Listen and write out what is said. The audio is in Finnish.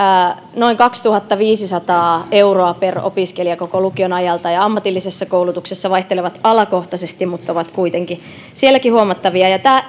noin kaksituhattaviisisataa euroa per opiskelija koko lukion ajalta ja ammatillisessa koulutuksessa ne vaihtelevat alakohtaisesti mutta ovat kuitenkin sielläkin huomattavia